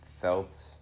felt